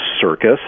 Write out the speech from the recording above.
circus